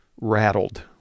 rattled